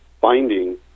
finding